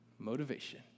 motivation